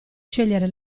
scegliere